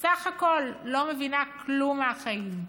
בת 12 בסך הכול, לא מבינה כלום מהחיים.